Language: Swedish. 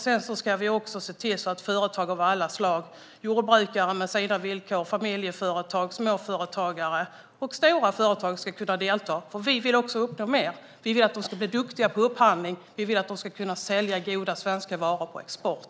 Sedan ska vi se till att företag av alla slag - jordbrukare med deras villkor, familjeföretag, småföretagare och stora företagare - också ska kunna delta. Vi vill också uppnå mer. Vi vill att de ska bli duktiga på upphandling och kunna sälja goda svenska varor på export.